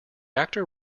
actor